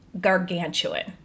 gargantuan